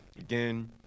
again